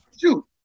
shoot